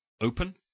open